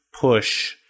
push